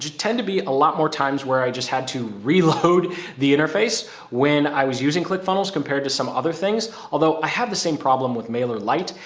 tend to be a lot more times where i just had to reload the interface when i was using click funnels compared to some other things, although i have the same problem with mailerlite.